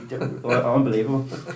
unbelievable